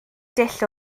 dull